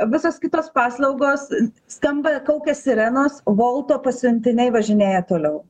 visos kitos paslaugos skamba kaukia sirenos volto pasiuntiniai važinėja toliau